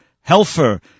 helper